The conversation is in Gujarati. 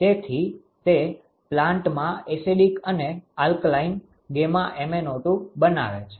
તેથી તે પ્લાન્ટમાં એસિડિકacidicતેજાબયુક્ત અને આલ્કલાઇનalkalineબેઇઝયુક્ત MnO2 બનાવે છે